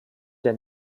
der